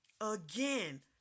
Again